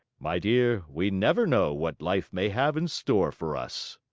my dear, we never know what life may have in store for us!